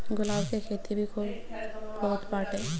गुलाब के खेती भी खूब होत बाटे